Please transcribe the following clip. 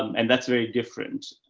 and that's very different.